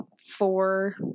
four